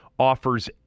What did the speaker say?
offers